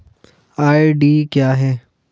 RD क्या है?